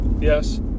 Yes